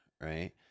right